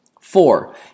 Four